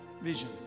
vision